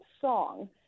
song